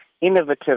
innovative